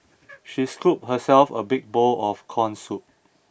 she scooped herself a big bowl of corn soup